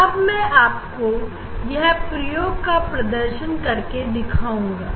अब मैं आपको यह प्रयोग का प्रदर्शन करके दिखाऊंगा